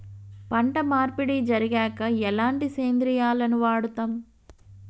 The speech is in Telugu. పంట మార్పిడి జరిగాక ఎలాంటి సేంద్రియాలను వాడుతం?